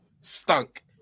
stunk